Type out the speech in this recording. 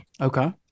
Okay